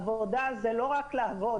עבודה זה לא רק לעבוד.